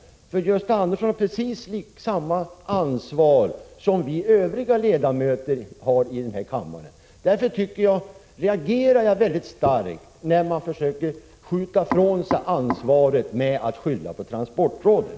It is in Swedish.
Gösta Andersson har precis samma ansvar som alla vi övriga riksdagsledamöter har. Därför reagerar jag väldigt starkt när han försöker skjuta ifrån sig ansvaret genom att skylla på transportrådet.